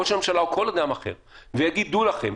ראש הממשלה או כל אדם אחר ויגיד: דעו לכם,